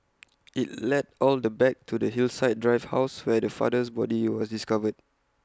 IT led all the back to the Hillside drive house where the father's body was discovered